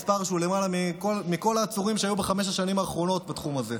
מספר שהוא למעלה מכל העצורים שהיו בחמש השנים האחרונות בתחום הזה,